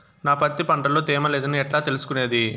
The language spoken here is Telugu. నా పత్తి పంట లో తేమ లేదని ఎట్లా తెలుసుకునేది?